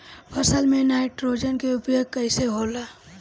फसल में नाइट्रोजन के उपयोग कइसे होला?